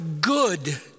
good